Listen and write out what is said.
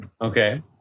Okay